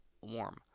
warm